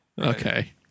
Okay